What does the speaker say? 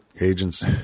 agents